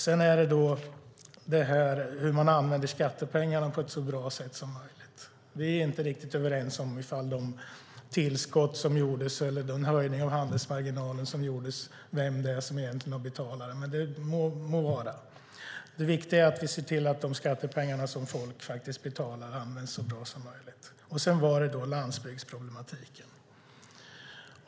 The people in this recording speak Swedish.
Sedan är det hur skattepengarna ska användas på ett så bra sätt som möjligt. Vi är inte riktigt överens om vem som egentligen har betalat de tillskott eller den höjning av handelsmarginalen som gjordes, men det må vara. Det viktiga är att vi ser till att de skattepengar folk faktiskt betalar används så bra som möjligt. Sedan var det landsbygdsproblematiken.